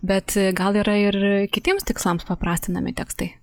bet gal yra ir kitiems tikslams paprastinami tekstai